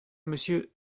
monsieur